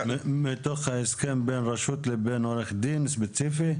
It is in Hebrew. מתוך ההסכם בין הרשות לבין עורך דין ספציפי?